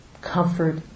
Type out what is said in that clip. comfort